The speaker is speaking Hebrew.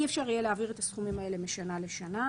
אי אפשר יהיה להעביר את הסכומים האלה משנה לשנה,